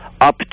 up